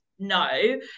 No